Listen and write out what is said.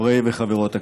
חברי וחברות הכנסת,